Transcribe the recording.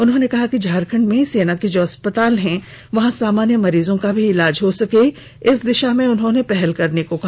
उन्होंने कहा कि झारखंड मे सेना के जो अस्पताल हैं वहां सामान्य मरीजों का भी इलाज हो सके इस दिशा में उन्होंने पहल करने को कहा